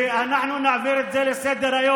ואנחנו לא נעביר את זה לסדר-היום.